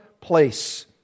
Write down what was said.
place